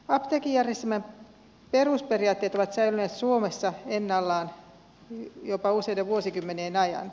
apteekkijärjestelmän perusperiaatteet ovat säilyneet suomessa ennallaan jopa useiden vuosikymmenien ajan